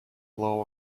blow